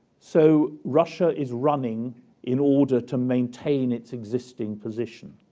so russia is running in order to maintain its existing position.